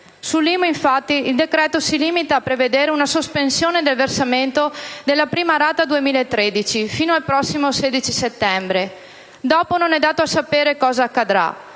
Sull'IMU, infatti, il decreto si limita a prevedere una sospensione del versamento della prima rata 2013 fino al prossimo 16 settembre. Dopo non è dato sapere cosa accadrà: